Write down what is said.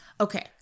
okay